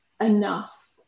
enough